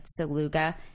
Saluga